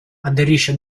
aderisce